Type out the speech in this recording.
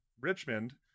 Richmond